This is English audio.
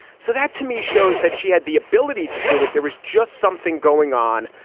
so that to me shows that she had the ability to do it. there was just something going on,